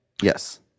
Yes